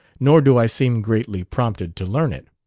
nor do i seem greatly prompted to learn it.